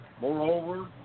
Moreover